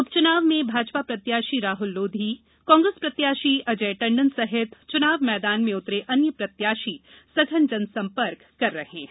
उपचुनाव में भाजपा प्रत्याशी राहुल लोधी कांग्रेस प्रत्याशी अजय टंडन सहित चुनाव मैदान में उतरे अन्य प्रत्याशी संघन जनसंपर्क कर रहे हैं